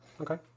okay